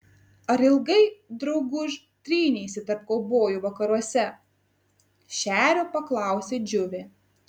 ar ilgai drauguž tryneisi tarp kaubojų vakaruose šerio paklausė džiuvė